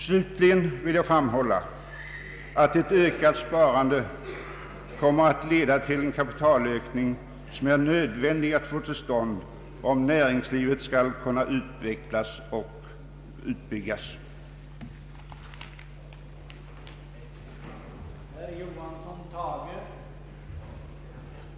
Slutligen vill jag framhålla att ett ökat sparande kommer att leda till en kapitalökning, som är nödvändig att få till stånd om näringslivet skall kunna utvecklas och utbyggas. Jag ber att få yrka bifall till reservationerna I och II.